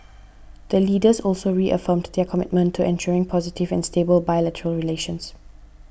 the Leaders also reaffirmed their commitment to ensuring positive and stable bilateral relations